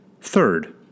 Third